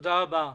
תודה רבה.